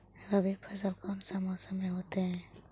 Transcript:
रवि फसल कौन सा मौसम में होते हैं?